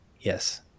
Yes